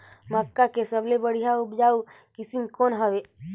मक्का के सबले बढ़िया उपजाऊ किसम कौन हवय?